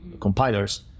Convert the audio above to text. compilers